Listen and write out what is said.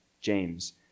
James